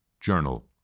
journal